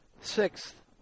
Sixth